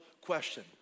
question